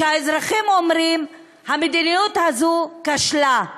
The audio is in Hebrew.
שהאזרחים אומרים: המדיניות הזאת כשלה,